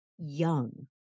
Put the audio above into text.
young